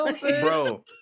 Bro